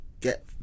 get